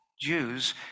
Jews